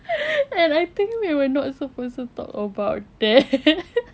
and I think we were not supposed to talk about that